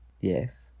Yes